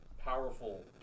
powerful